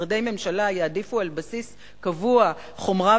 שמשרדי ממשלה יעדיפו על בסיס קבוע חומרה